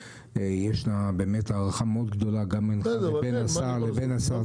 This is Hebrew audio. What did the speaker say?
ישנה באמת הערכה מאוד גדולה גם בינך לבין השר,